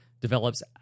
develops